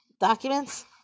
documents